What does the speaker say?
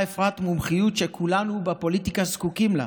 אפרת מומחיות שכולנו בפוליטיקה זקוקים לה,